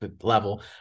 level